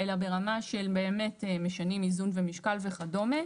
אלא ברמה שהם באמת משנים איזון ומשקל וכדומה.